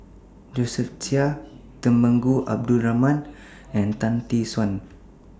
Josephine Chia Temenggong Abdul Rahman and Tan Tee Suan